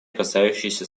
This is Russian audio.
касающиеся